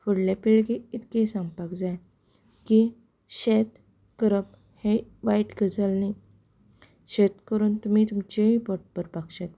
फुडले पिळगेक इतलें सांगपाक जाय की शेत करप ही वायट गजाल न्हय शेत करून तुमी तुमचेंय पोट भरपाक शकता